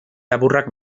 laburrak